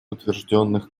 утвержденных